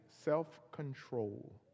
self-control